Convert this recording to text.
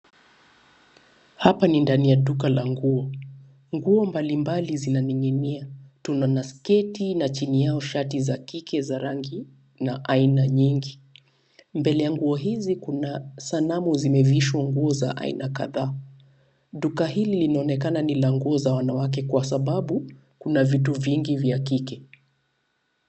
Hapa ni ndani ya duka la nguo. Nguo mbalimbali zinaning'inia, tunaona sketi na chini yao shati za kike za rangi na aina nyingi. Mbele ya nguo hizi kuna sanamu zimevishwa nguo za aina kadhaa. Duka hili linaonekana ni la nguo ya wanawake kwa sababu kuna vitu vingi vya kike.